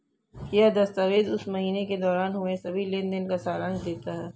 यह दस्तावेज़ उस महीने के दौरान हुए सभी लेन देन का सारांश देता है